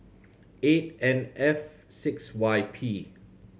eight N F six Y P